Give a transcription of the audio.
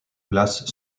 place